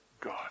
God